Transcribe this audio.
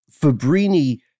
Fabrini